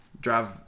drive